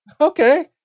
Okay